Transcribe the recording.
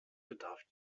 bedarf